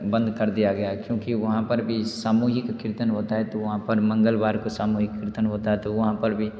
बंद कर दिया गया है क्योंकि वहाँ पर भी सामूहिक कीर्तन होता है तो वहाँ पर मंगलवार को सामूहिक कीर्तन होता है तो वहाँ पर भी